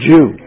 Jew